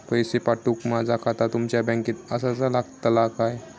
पैसे पाठुक माझा खाता तुमच्या बँकेत आसाचा लागताला काय?